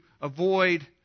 avoid